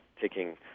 taking